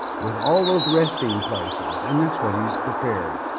with all those resting places. and that's what he's prepared,